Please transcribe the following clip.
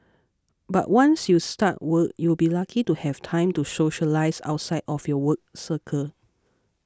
but once you start work you'll be lucky to have time to socialise outside of your work circle